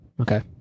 Okay